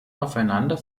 aufeinander